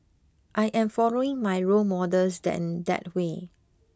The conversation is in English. I am following my role models in that way